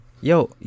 Yo